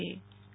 Nehal Thakkar